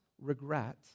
regret